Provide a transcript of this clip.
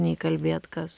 nei kalbėt kas